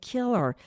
Killer